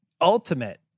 ultimate